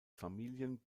familien